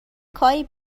کاری